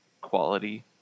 quality